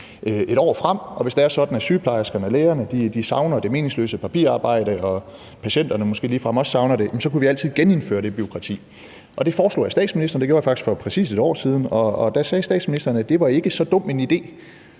1 år frem. Og hvis det er sådan, at sygeplejerskerne og lægerne savner det meningsløse papirarbejde, og hvis patienterne måske ligefrem også savner det, så kunne vi altid genindføre det bureaukrati. Og det foreslog jeg statsministeren, faktisk for præcis 1 år siden Der sagde statsministeren, at det ikke var så dum en idé